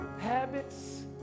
habits